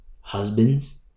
Husbands